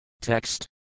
Text